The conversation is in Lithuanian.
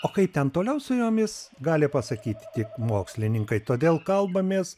o kaip ten toliau su jomis gali pasakyti tik mokslininkai todėl kalbamės